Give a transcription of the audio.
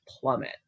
plummet